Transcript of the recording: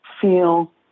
feel